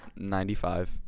95